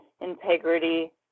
integrity